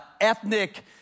ethnic